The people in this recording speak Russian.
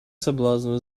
соблазну